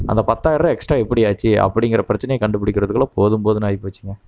அந்த பத்தாயிர ரூபா எக்ஸ்ட்ரா எப்படி ஆச்சு அப்டிங்கிற பிரச்சனையை கண்டுபிடிக்கிறதுக்குள்ள போதும் போதும்னு ஆகிப்போச்சுங்க